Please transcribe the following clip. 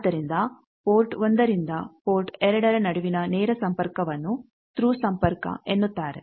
ಆದ್ದರಿಂದ ಪೋರ್ಟ್ 1 ರಿಂದ ಪೋರ್ಟ್ 2ರ ನಡುವಿನ ನೇರ ಸಂಪರ್ಕವನ್ನು ಥ್ರೂ ಸಂಪರ್ಕ ಎನ್ನುತ್ತಾರೆ